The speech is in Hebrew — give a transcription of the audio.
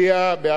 תודה רבה.